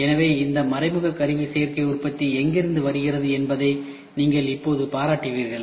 எனவே இந்த மறைமுக கருவி சேர்க்கை உற்பத்தி எங்கிருந்து வருகிறது என்பதை நீங்கள் இப்போது பாராட்டுவீர்கள்